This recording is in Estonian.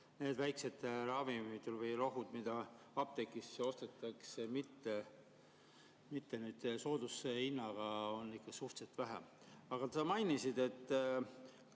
Need väiksed ravimid või rohud, mida apteekidesse ostetakse, mitte need soodushinnaga, neid on ikka suhteliselt vähe. Aga sa mainisid, et